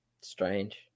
strange